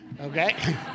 okay